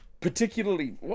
Particularly